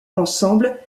ensemble